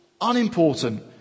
unimportant